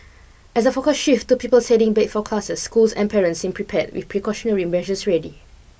as the focus shifts to pupils heading back for classes schools and parents seem prepared with precautionary measures ready